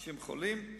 אנשים חולים,